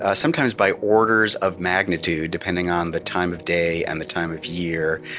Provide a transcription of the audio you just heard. ah sometimes by orders of magnitude. depending on the time of day, and the time of year,